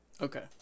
Okay